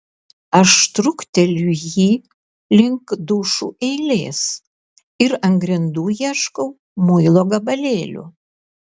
aš trukteliu jį link dušų eilės ir ant grindų ieškau muilo gabalėlių